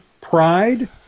pride